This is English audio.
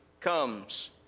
comes